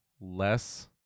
less